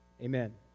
Amen